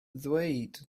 ddweud